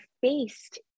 faced